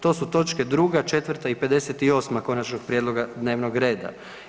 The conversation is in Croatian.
To su točke 2., 4. i 58. konačnog prijedloga dnevnog reda.